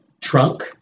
trunk